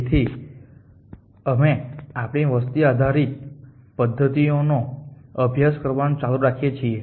તેથી અમે આપણી વસ્તી આધારિત પદ્ધતિઓનો અભ્યાસ કરવાનું ચાલુ રાખીએ છીએ